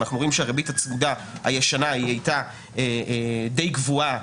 אנחנו רואים שהריבית הצמודה הישנה הייתה די קבועה,